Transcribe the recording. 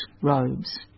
robes